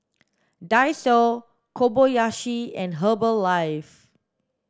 Daiso Kobayashi and Herbalife